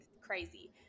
crazy